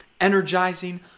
energizing